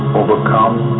overcome